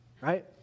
right